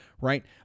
Right